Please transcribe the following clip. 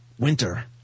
winter